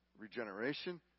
regeneration